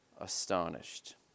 astonished